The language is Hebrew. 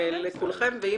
אני